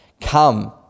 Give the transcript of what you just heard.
Come